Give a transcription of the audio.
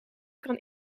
kan